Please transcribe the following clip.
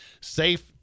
safe